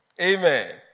Amen